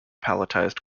palletized